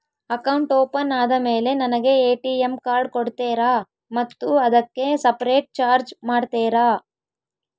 Account open ಆದಮೇಲೆ ನನಗೆ ATM card ಕೊಡ್ತೇರಾ ಮತ್ತು ಅದಕ್ಕೆ ಸಪರೇಟ್ ಚಾರ್ಜ್ ಮಾಡ್ತೇರಾ?